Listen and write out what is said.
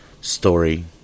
story